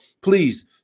please